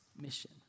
mission